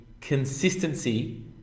consistency